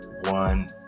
One